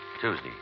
Tuesday